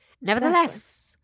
Nevertheless